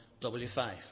W5